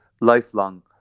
lifelong